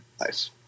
Nice